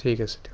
ঠিক আছে দিয়ক